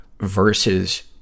versus